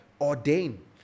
Ordain